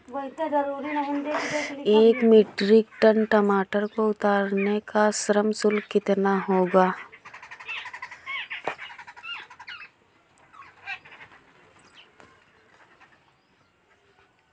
एक metric ton टमाटर को उतारने का श्रम शुल्क कितना होगा?